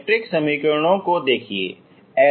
matrix समीकरणों को देखिए